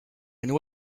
know